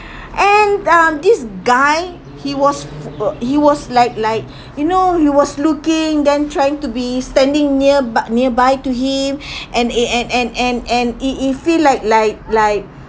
and um this guy he was he was like like you know he was looking then trying to be standing nearby nearby to him and he and and and and he he feel like like like